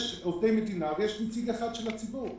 יש עובדי מדינה ויש נציג אחד של הציבור.